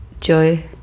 joy